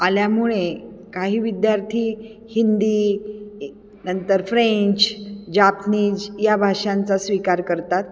आल्यामुळे काही विद्यार्थी हिंदी नंतर फ्रेंच जापनीज या भाषांचा स्वीकार करतात